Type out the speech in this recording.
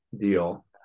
deal